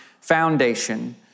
foundation